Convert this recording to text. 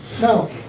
No